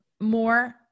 more